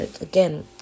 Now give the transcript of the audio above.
again